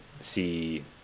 see